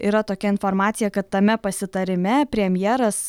yra tokia informacija kad tame pasitarime premjeras